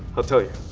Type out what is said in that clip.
i'll tell you.